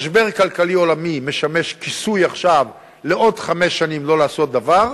משבר כלכלי עולמי משמש כיסוי עכשיו לעוד חמש שנים לא לעשות דבר,